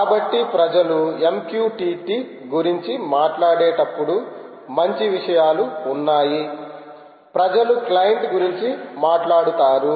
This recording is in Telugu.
కాబట్టి ప్రజలు MQTT గురించి మాట్లాడేటప్పుడు మంచి విషయాలు ఉన్నాయి ప్రజలు క్లయింట్ గురించి మాట్లాడుతారు